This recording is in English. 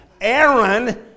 Aaron